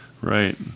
right